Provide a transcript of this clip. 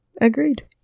Agreed